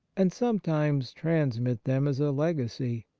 and sometimes transmit them as a legacy.